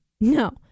No